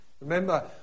Remember